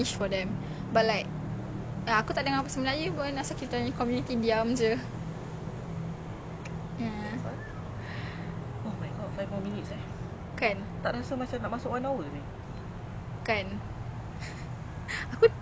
no I think like when we send it to them then dia orang akan dengar and I think cause cause the video they show dalam form like changing changing the code switching that [one] I think they akan belajar to like analyse the way we cakap